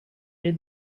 read